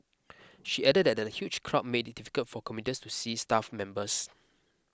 she added that the huge crowd made it difficult for commuters to see staff members